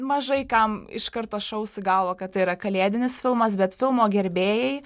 mažai kam iš karto šaus į galvą kad tai yra kalėdinis filmas bet filmo gerbėjai